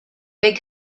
big